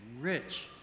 rich